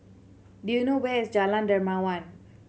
do you know where is Jalan Dermawan